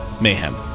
Mayhem